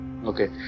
Okay